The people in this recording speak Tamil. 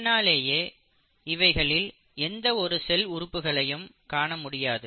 இதனாலேயே இவைகளில் எந்த ஒரு செல் உறுப்புகளையும் காண முடியாது